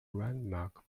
landmark